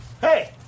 Hey